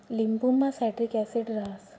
लिंबुमा citric acid रहास